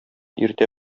иртә